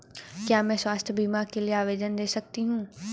क्या मैं स्वास्थ्य बीमा के लिए आवेदन दे सकती हूँ?